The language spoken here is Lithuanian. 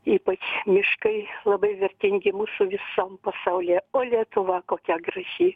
ypač miškai labai vertingi mūsų visam pasaulyje o lietuva kokia graži